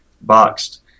boxed